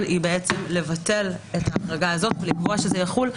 היא לבטל את ההחרגה הזאת ולקבוע שזה יחול,